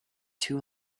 two